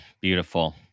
beautiful